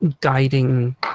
guiding